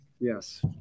Yes